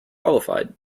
qualified